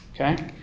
okay